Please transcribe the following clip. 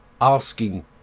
asking